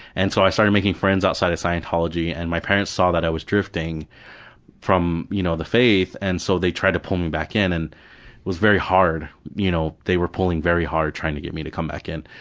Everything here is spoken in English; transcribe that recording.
and so i started making friends outside of scientology, and my parents saw that i was drifting from you know the faith. and so they tried to pull me back in, it and was very hard, you know they were pulling very hard, trying to get me to come back in.